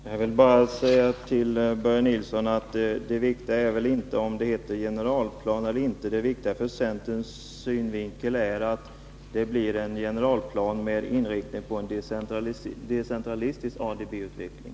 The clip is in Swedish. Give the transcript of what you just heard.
Herr talman! Det viktiga, Börje Nilsson, är väl inte om det heter generalplan eller inte. Det viktiga ur centerns synvinkel är att det blir en plan med inriktning på en decentralistisk ADB-utveckling.